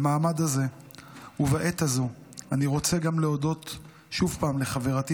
במעמד הזה ובעת הזו אני רוצה להודות שוב גם לחברתי